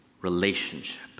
relationship